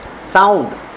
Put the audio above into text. Sound